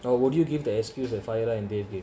or would you give the excuse that fahira and dave gave